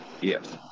Yes